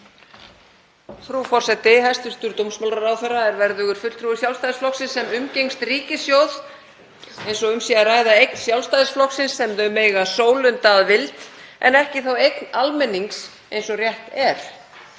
Frú forseti. Hæstv. dómsmálaráðherra er verðugur fulltrúi Sjálfstæðisflokksins sem umgengst ríkissjóð eins og um sé að ræða eign Sjálfstæðisflokksins sem þau mega sólunda að vild en ekki eign almennings eins og rétt er.